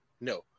No